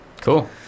Cool